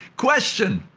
question.